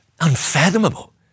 Unfathomable